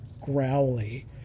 growly